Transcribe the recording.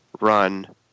run